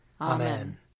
Amen